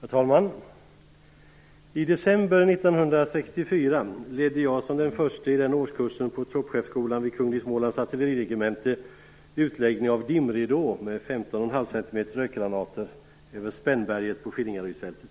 Herr talman! I december 1964 ledde jag som den förste i den årskursen på troppchefskolan vid Kunglig Smålands Artilleriregemente utläggning av dimridå med 15,5 cm rökgranater över Spännberget på Skillingarydsfältet.